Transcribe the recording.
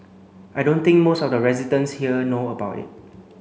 I don't think most of the residents here know about it